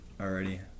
already